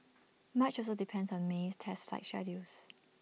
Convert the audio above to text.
much also depends on May's test flight schedules